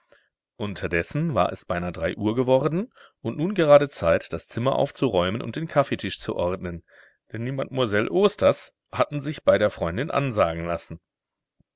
unterdessen war es beinahe drei uhr geworden und nun gerade zeit das zimmer aufzuräumen und den kaffeetisch zu ordnen denn die mademoiselle osters hatten sich bei der freundin ansagen lassen